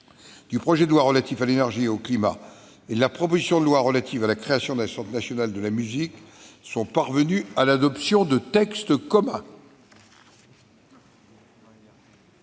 du projet de loi relatif à l'énergie et au climat et de la proposition de loi relative à la création d'un Centre national de la musique sont parvenues à l'adoption de textes communs.